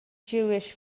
jewish